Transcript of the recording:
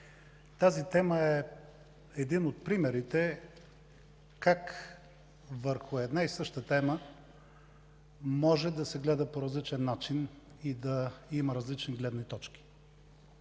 Това е един от примерите как върху една и съща тема може да се гледа по различен начин и да има различни гледни точки.